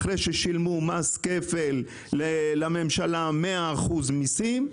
אחרי ששילמו מס כפל לממשלה, 100% מיסים,